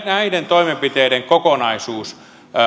näiden toimenpiteiden kokonaisuus